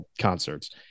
concerts